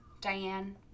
Diane